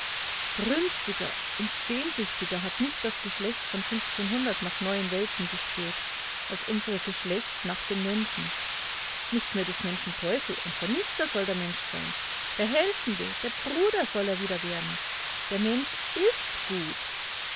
brünstiger und sehnsüchtiger hat nicht das geschlecht von nach neuen welten gespäht als unser geschlecht nach dem menschen nicht mehr des menschen teufel und vernichter soll der mensch sein der helfende der bruder soll er wieder werden der mensch ist gut